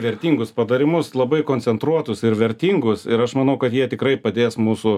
vertingus patarimus labai koncentruotus ir vertingus ir aš manau kad jie tikrai padės mūsų